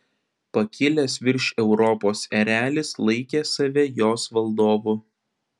pakilęs virš europos erelis laikė save jos valdovu